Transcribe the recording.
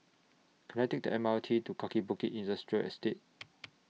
Can I Take The M R T to Kaki Bukit Industrial Estate